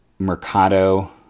Mercado